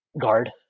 guard